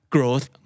Growth